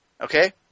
Okay